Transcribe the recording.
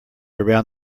around